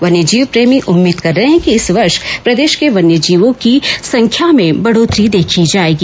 वन्यजीव प्रेमी उम्मीद कर रहे हैं कि इस वर्ष प्रदेश के वन्यजीवों की संख्या में बढ़ोत्तरी देखी जाएगी